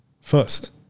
first